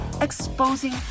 exposing